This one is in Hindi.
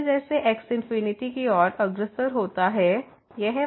अत जैसे जैसे x इंफिनिटी की ओर अग्रसर होता है